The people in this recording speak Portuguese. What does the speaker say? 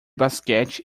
basquete